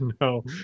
No